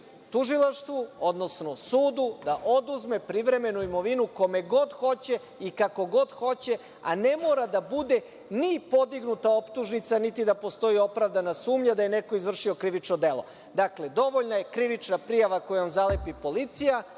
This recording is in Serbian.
tužilaštvu, odnosno sudu da oduzme privremenu imovinu kome god hoće i kako god hoće, a ne mora da bude ni podignuta optužnica niti da postoji opravdana sumnja da je neko izvršio krivično delo. Dakle, dovoljna je krivična prijava koju zalepi policija